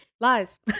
lies